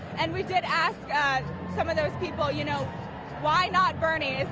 and we did ask ah some of those people you know why not bernie,